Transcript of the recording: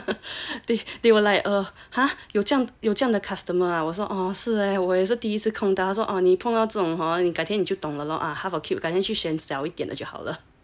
then after that I went back and I actually shared it with my parents my parents actually err laugh their ass off cause they they were like err !huh! 有这样的 customer orh 是我也是第一次碰到这种 hor 你改天你就懂了赶紧去选小一点的就好了